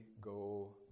go